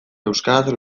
euskaraz